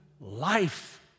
life